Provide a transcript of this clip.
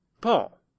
Paul